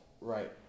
Right